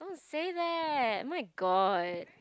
say that oh-my-god